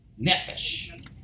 nefesh